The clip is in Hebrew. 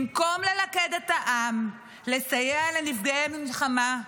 במקום ללכד את העם, לסייע לנפגעי המלחמה,